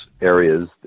areas